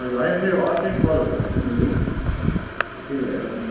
हजुर होइइन मेरो अर्जेन्ट कलहरू आउँछन् त कि त्यही भएर नि